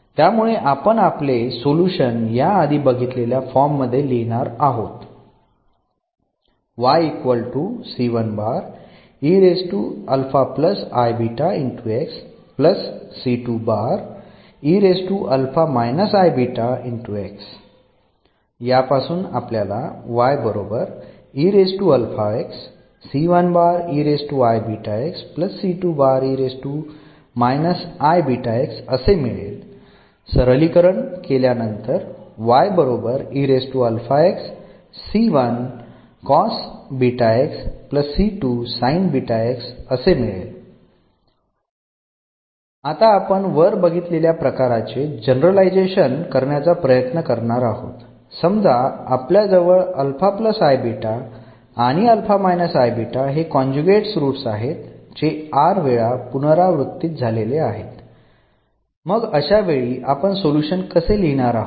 त्यामुळे आपण आपले सोल्युशन याआधी बघितलेल्या फॉर्ममध्ये लिहिणार आहोत आता आपण वर बघितलेल्या प्रकाराचे जनरलायझेशन करण्याचा प्रयत्न करणार आहोत समजा आपल्याजवळ आणि हे कॉन्जुगेट रूट्स आहेत जे r वेळा पुनरावृत्तीत झालेले आहेत मग अशावेळी आपण सोल्युशन कसे लिहिणार आहोत